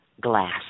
Glass